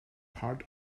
part